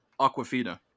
Aquafina